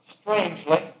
strangely